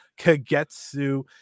Kagetsu